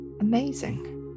amazing